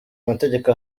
amategeko